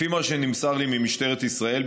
לפי מה שנמסר לי ממשטרת ישראל,